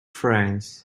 friends